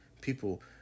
People